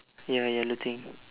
ya ya looting